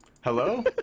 Hello